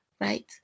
right